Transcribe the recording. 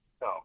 No